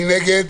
מי נגד?